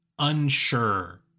unsure